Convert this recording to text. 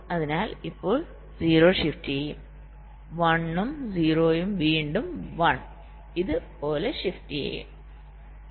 അതിനാൽ ഇപ്പോൾ 0 ഷിഫ്റ്റ് ചെയ്യും 1ഉം 0 ഉംവീണ്ടും 1 ഇതുപോലെ ഷിഫ്റ്റ് ചെയ്യും